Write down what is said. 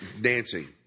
dancing